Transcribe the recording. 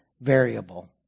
variable